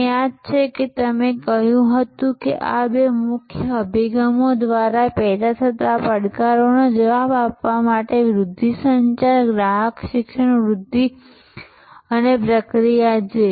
તમને યાદ છે કે તમે કહ્યું હતું કે આ બે મુખ્ય અભિગમો દ્વારા પેદા થતા પડકારોનો જવાબ આપવા માટે વૃધ્ધિ સંચાર ગ્રાહક શિક્ષણ વૃધ્ધિ અને પ્રક્રિયા છે